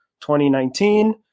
2019